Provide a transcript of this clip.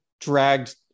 dragged